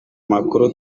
makuru